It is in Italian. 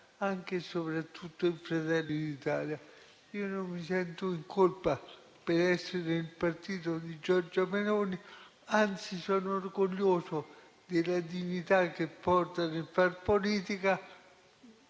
anche e soprattutto in Fratelli d'Italia. Non mi sento in colpa per essere nel partito di Giorgia Meloni, anzi sono orgoglioso della dignità che porta nel far politica.